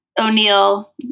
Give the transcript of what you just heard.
O'Neill